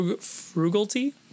frugality